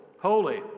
Holy